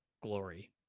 glory